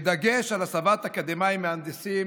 בדגש על הסבת אקדמאים מהנדסים